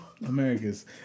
America's